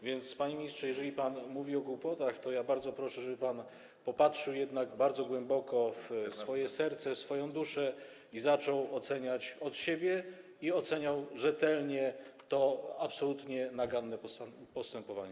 Więc, panie ministrze, jeżeli pan mówi o głupotach, to ja bardzo proszę, żeby pan popatrzył jednak bardzo głęboko w swoje serce, swoją duszę i oceniać zaczął od siebie, i oceniał rzetelnie to absolutnie naganne postępowanie.